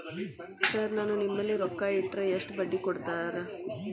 Sir ನಾನು ನಿಮ್ಮಲ್ಲಿ ರೊಕ್ಕ ಇಟ್ಟರ ಎಷ್ಟು ಬಡ್ಡಿ ಕೊಡುತೇರಾ?